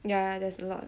ya there's a lot